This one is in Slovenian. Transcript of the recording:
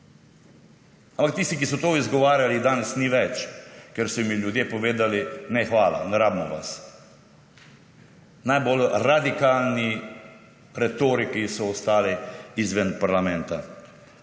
Ampak tistih, ki so to izgovarjali, danes ni več, ker so jim ljudje povedali, ne, hvala, ne rabimo vas. Najbolj radikalni retoriki so ostali izven parlamenta.